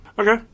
okay